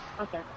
Okay